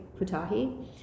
Putahi